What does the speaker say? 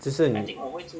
就是你